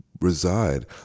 reside